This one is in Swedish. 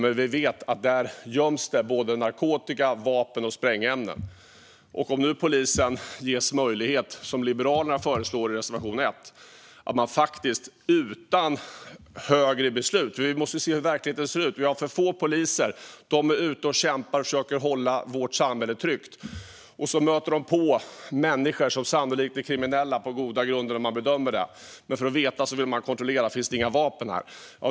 Men vi vet att där göms det både narkotika och vapen och sprängämnen. Liberalerna föreslår i reservation 1 att polisen ska ges möjlighet att söka utan högre beslut. Vi måste se hur verkligheten ser ut. Vi har för få poliser. De är ute och kämpar och försöker hålla vårt samhälle tryggt, och så möter de människor som sannolikt är kriminella. Det bedömer de på goda grunder, men för att veta vill de kontrollera. Finns det vapen här?